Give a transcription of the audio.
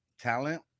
talent